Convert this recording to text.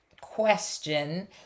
question